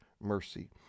mercy